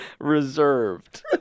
reserved